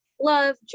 Love